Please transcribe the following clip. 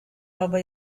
over